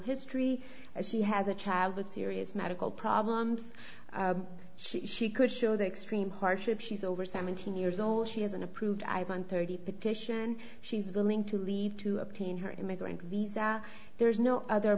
history as she has a child with serious medical problems she could show the extreme hardship she's over seventeen years old she is an approved on thirty petition she's willing to leave to obtain her immigrant visa there is no other